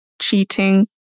cheating